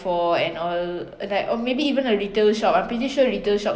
for and all like or maybe even a retail shop I'm pretty sure retail shops